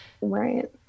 Right